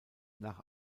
nach